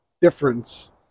difference